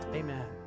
amen